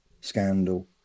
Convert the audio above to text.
scandal